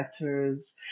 letters